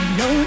no